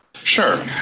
Sure